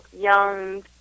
young